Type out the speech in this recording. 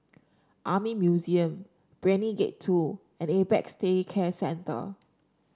Army Museum Brani Gate Two and Apex Day Care Center